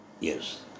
Yes